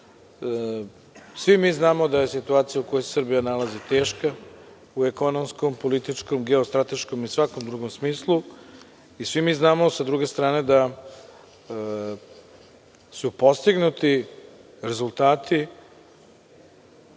Svi mi znamo da situacija u kojoj se Srbija nalazi teška u ekonomskom, političkom, svakom drugom smislu i svi mi znamo da su postignuti rezultati,